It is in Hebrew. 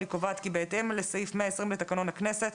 אני קובעת כי בהתאם לסעיף 120 לתקנון הכנסת,